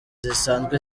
zisanzwe